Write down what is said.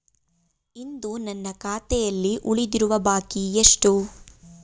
ಇಂದು ನನ್ನ ಖಾತೆಯಲ್ಲಿ ಉಳಿದಿರುವ ಬಾಕಿ ಎಷ್ಟು?